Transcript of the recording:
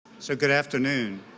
so good afternoon.